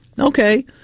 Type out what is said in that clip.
okay